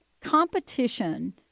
competition